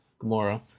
Gamora